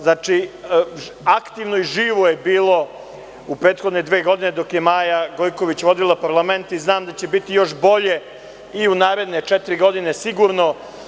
Znači, aktivno i živo je bilo u prethodne dve godine dok je Maja Gojković vodila parlament i znam da će biti još bolje i u naredne četiri godine sigurno.